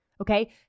okay